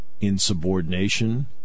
Insubordination